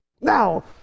Now